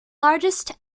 largest